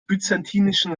byzantinischen